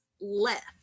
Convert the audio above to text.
left